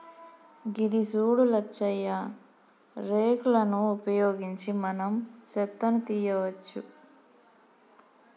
గిది సూడు లచ్చయ్య రేక్ లను ఉపయోగించి మనం సెత్తను తీయవచ్చు